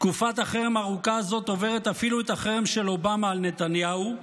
תקופת החרם הארוכה הזאת עוברת אפילו את החרם של אובמה על נתניהו,